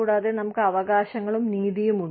കൂടാതെ നമുക്ക് അവകാശങ്ങളും നീതിയും ഉണ്ട്